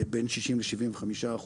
בין 60% ל-75%.